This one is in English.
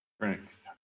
Strength